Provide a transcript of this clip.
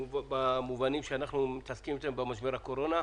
במובנים שאנחנו עוסקים בהם של משבר הקורונה,